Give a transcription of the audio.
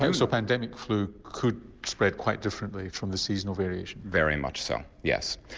so so pandemic flu could spread quite differently from the seasonal variation? very much so, yes.